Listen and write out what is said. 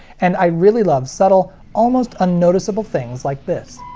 and i really love subtle, almost unnoticeable things like this.